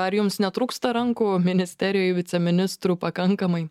ar jums netrūksta rankų ministerijoj viceministrų pakankamai